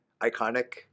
iconic